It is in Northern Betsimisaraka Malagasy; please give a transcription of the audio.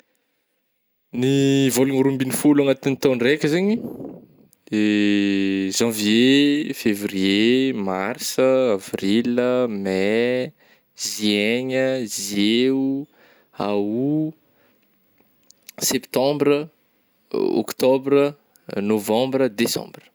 Ny vôlagna roambin'ny folo agnatin'ny taon-draika zegny janvier, fevrier, marsa, avrila, mey, juin-gna, juillet o, août, septembre, octobre, novembre, decembre.